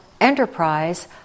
enterprise